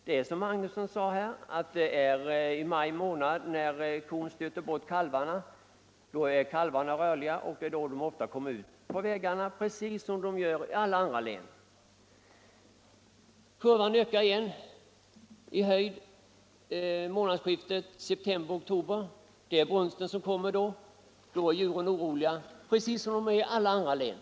Som herr Magnusson sade stiger den i maj månad, när kon stöter bort kalvarna. Då är kalvarna rörliga och ger sig ofta ut på vägarna — precis som de gör i alla andra län. Olyckskurvan stiger igen i månadsskiftet september-oktober. Då kommer brunsten, och djuren blir oroliga. Precis så är det i alla andra län.